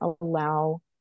allow